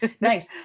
Nice